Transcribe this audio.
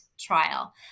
trial